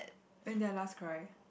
when did I last cry